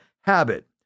habit